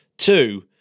Two